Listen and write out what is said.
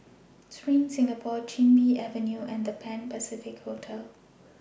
SPRING Singapore Chin Bee Avenue and The Pan Pacific Hotel